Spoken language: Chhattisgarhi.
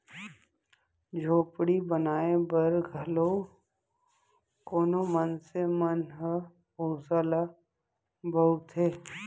झोपड़ी बनाए बर घलौ कोनो मनसे मन ह भूसा ल बउरथे